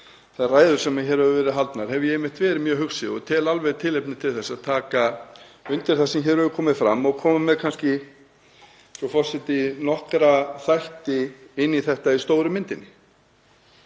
þær ræður sem hér hafa verið haldnar hef ég verið mjög hugsi. Ég tel tilefni til að taka undir það sem hér hefur komið fram og koma kannski með, frú forseti, nokkra þætti inn í þetta í stóru myndinni.